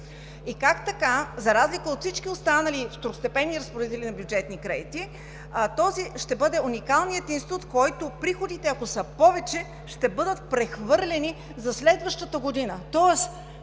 И как така, за разлика от всички останали второстепенни разпоредители на бюджетни кредити, този ще бъде уникалният институт, в който приходите, ако са повече, ще бъдат прехвърлени за следващата година?